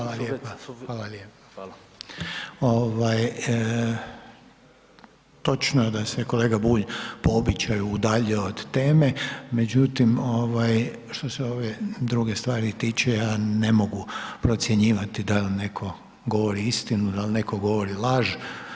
Ovaj, točno je da se kolega Bulj po običaju udaljio od teme, međutim ovaj što se ove druge stvari tiče ja ne mogu procjenjivati da li netko govori istinu, da li netko govori laž.